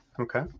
Okay